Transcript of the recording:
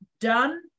done